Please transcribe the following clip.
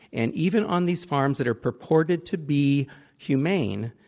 and even on these farms that are purported to be humane,